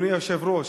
אדוני היושב-ראש,